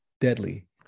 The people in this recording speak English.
deadly